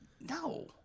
No